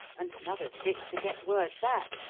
and another six to get word back,